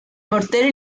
mortero